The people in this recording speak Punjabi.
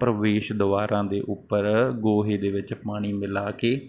ਪ੍ਰਵੇਸ਼ ਦੁਆਰਾਂ ਦੇ ਉੱਪਰ ਗੋਹੇ ਦੇ ਵਿੱਚ ਪਾਣੀ ਮਿਲਾ ਕੇ